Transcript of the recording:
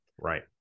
Right